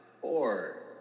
four